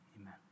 amen